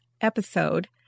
episode